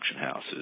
houses